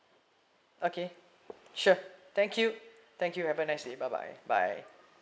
okay sure thank you thank you have a nice day bye bye bye